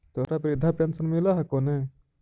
तोहरा वृद्धा पेंशन मिलहको ने?